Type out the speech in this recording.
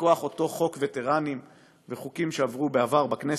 מכוח אותו חוק וטרנים וחוקים שעברו בעבר בכנסת.